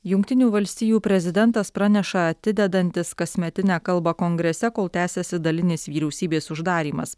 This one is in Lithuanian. jungtinių valstijų prezidentas praneša atidedantis kasmetinę kalbą kongrese kol tęsiasi dalinis vyriausybės uždarymas